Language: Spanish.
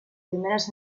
primeras